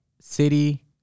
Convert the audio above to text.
city